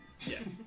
Yes